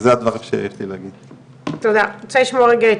אני רוצה לשמוע רגע,